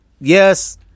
yes